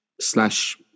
slash